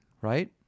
Right